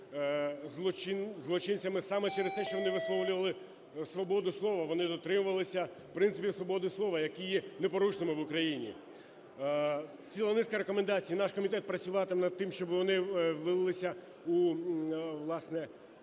злочинцями саме через те, що вони висловлювали свободу слова, вони дотримувалися принципів свободи слова, які є непорушними в Україні. Ціла низка рекомендацій. Наш комітет працюватиме над тим, щоб вони вилилися у, власне,